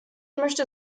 möchte